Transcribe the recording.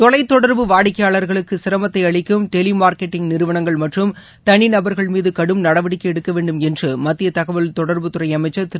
தொலைத்தொடர்பு வாடிக்கையாளர்களுக்கு சிரமத்தை அளிக்கும் டெலிமார்க்கெட்டிங் நிறுவனங்கள் மற்றும் தனிநபர்கள் மீது கடும் நடவடிக்கை எடுக்க வேண்டும் என்று மத்திய தகவல் தொடர்புத்துறை அமைச்சர் திரு